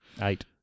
Eight